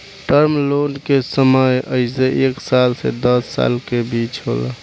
term loan के समय अइसे एक साल से दस साल के बीच होला